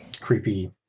creepy